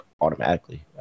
automatically